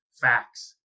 facts